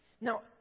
Now